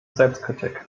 selbstkritik